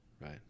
right